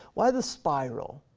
why the spiral?